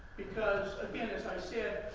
because, again, as i said,